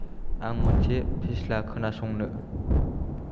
आं मोनसे फेस्ला खोनासंनो